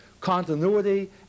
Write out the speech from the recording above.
continuity